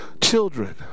children